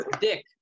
Dick